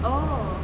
oh